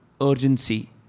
urgency